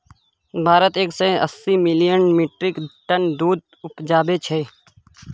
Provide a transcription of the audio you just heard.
भारत एक सय अस्सी मिलियन मीट्रिक टन दुध उपजाबै छै